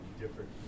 different